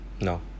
No